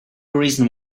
reason